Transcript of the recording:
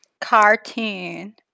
cartoon